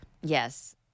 Yes